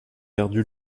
perdu